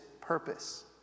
purpose